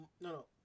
no